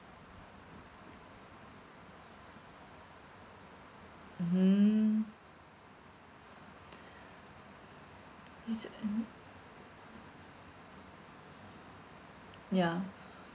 mmhmm is it end ya